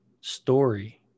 story